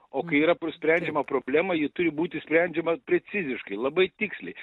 o kai yra kur sprendžiama problema ji turi būt sprendžiama preciziškai labai tiksliai